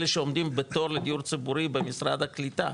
אלה שעומדים בתור לדיור ציבורי במשרד הקליטה.